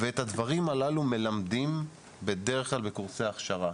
ואת הדברים הללו מלמדים בדרך כלל בקורסי הכשרה.